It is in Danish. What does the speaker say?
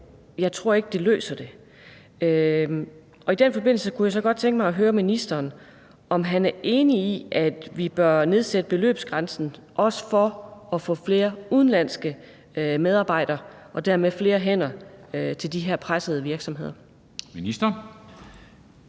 jeg ikke tror, det løser det. I den forbindelse kunne jeg så godt tænke mig at høre ministeren, om han er enig i, at vi bør nedsætte beløbsgrænsen, også for at få flere udenlandske medarbejdere og dermed flere hænder til de pressede virksomheder.